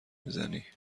میزنی